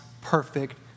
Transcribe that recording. perfect